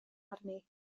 arni